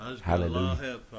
Hallelujah